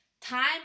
Time